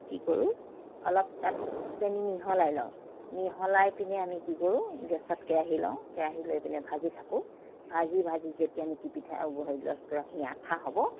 কি কৰোঁ অলপ তাত চেনি মিহলাই লওঁ মিহলাই পিনে আমি কি কৰোঁ গেছত কেৰাহী লওঁ কেৰাহী লৈ পিনে ভাজি থাকোঁ ভাজি ভাজি যেতিয়া পিঠা লস্কৰাখিনি আঠা হ'ব